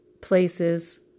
places